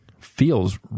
feels